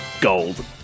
gold